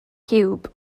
ciwb